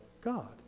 God